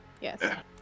Yes